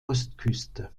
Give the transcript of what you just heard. ostküste